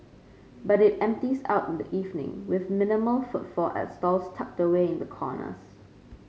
but it empties out in the evening with minimal footfall at stalls tucked away in the corners